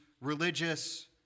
religious